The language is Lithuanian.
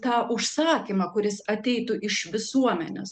tą užsakymą kuris ateitų iš visuomenės